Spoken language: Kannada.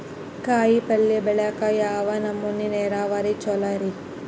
ಕಾಯಿಪಲ್ಯ ಬೆಳಿಯಾಕ ಯಾವ ನಮೂನಿ ನೇರಾವರಿ ಛಲೋ ರಿ?